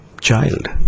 child